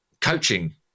coaching